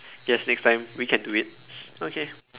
guess next time we can do it okay